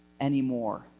anymore